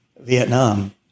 Vietnam